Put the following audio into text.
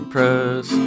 Press